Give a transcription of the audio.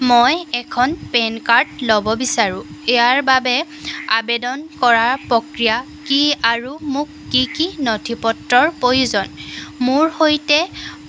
দুহেজাৰ ঊনৈছ দুহেজাৰ বিছ শিক্ষাবৰ্ষৰ A I C T E অনুমোদিত প্ৰতিষ্ঠানৰ তালিকাত আই আই টি মাদ্ৰাজৰ সন্ধান কৰক